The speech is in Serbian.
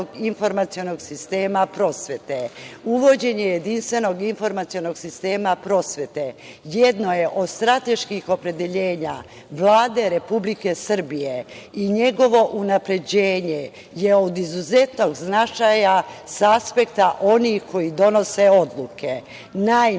Uvođenje jedinstvenog informacionog sistema prosvete jedno je od strateških opredeljenja Vlade Republike Srbije i njegovo unapređenje je od izuzetnog značaja sa aspekta onih koji donose odluke. Naime,